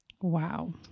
Wow